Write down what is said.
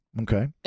okay